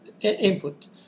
input